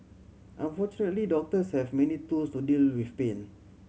unfortunately doctors have many tools to deal with pain